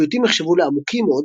הפיוטים נחשבו לעמוקים מאוד,